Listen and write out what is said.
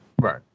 Right